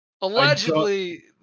Allegedly